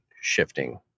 shifting